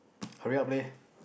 hurry up leh